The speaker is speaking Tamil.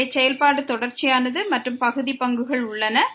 எனவே செயல்பாடு தொடர்ச்சியானது மற்றும் பகுதி பங்குகள் உள்ளன